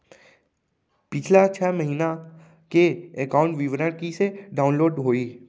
पिछला छः महीना के एकाउंट विवरण कइसे डाऊनलोड होही?